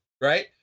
Right